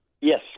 Yes